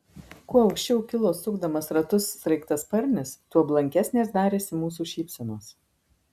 kuo aukščiau kilo sukdamas ratus sraigtasparnis tuo blankesnės darėsi mūsų šypsenos